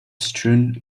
strewn